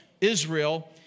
Israel